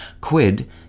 Quid